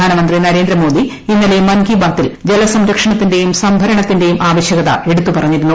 പ്രധാനമന്ത്രി നരേന്ദ്രമോദി ഇന്നലെ മൻ കി ബാത്തിൽ ജലസംരക്ഷണത്തിന്റെയും സംഭരണത്തിന്റെയും ആവശ്യകത എടുത്തു പറഞ്ഞിരുന്നു